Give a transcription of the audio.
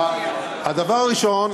הדבר הראשון,